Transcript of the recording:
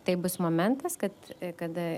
tai bus momentas kad kada